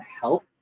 help